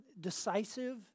decisive